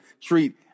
treat